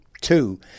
Two